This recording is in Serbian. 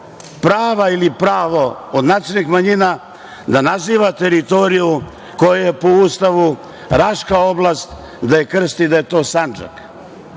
prava ili pravo od nacionalnih manjina da naziva teritoriju koja je po Ustavu Raška oblast da je krst da je to Sandžak.